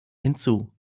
hinzu